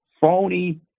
phony